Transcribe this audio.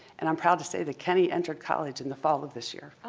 and i'm proud to say that kenny entered college in the fall of this year.